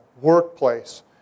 workplace